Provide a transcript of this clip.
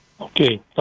Okay